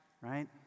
Right